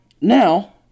now